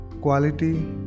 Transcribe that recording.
quality